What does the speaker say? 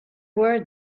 were